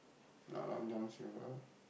not Long-John-Silvers